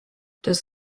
does